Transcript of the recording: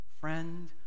friend